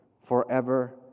forever